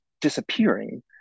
disappearing